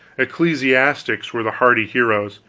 ecclesiastics were the hardy heroes,